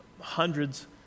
hundreds